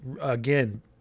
again